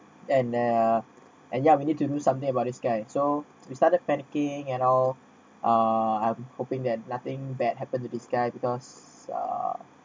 and there are and yeah we need to do something about this guy so we started panicking and all uh I'm hoping that nothing bad happened to this guy because uh